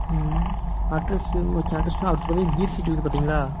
ம் at least okay அட்லெஸுனா சொல்லி gear cycle இருக்குது பார்த்தீங்களா